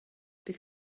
bydd